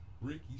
Ricky